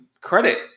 credit